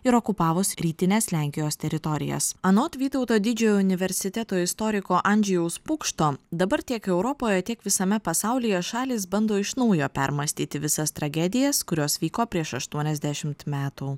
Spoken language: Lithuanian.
ir okupavus rytines lenkijos teritorijas anot vytauto didžiojo universiteto istoriko andžejaus pukšto dabar tiek europoje tiek visame pasaulyje šalys bando iš naujo permąstyti visas tragedijas kurios vyko prieš aštuoniasdešimt metų